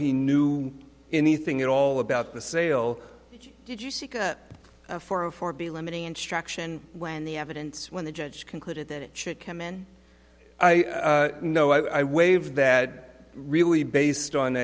he knew anything at all about the sale did you see four of four be limiting instruction when the evidence when the judge concluded that it should come in i know i waived that really based on